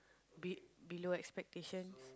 be~ below expectations